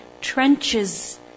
trenches